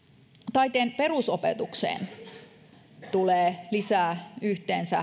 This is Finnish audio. taiteen perusopetukseen tulee lisää yhteensä